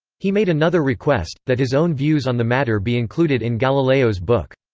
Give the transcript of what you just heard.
he made another request, that his own views on the matter be included in galileo's book.